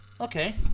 Okay